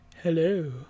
hello